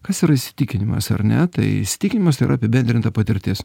kas yra įsitikinimas ar ne tai įsitikinimas yra apibendrinta patirtis